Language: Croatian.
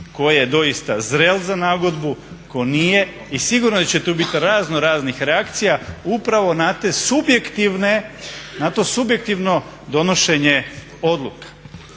tko je doista zrel za nagodbu, a tko nije i sigurno će tu biti raznoraznih reakcija upravo na to subjektivno donošenje odluka.